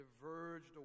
diverged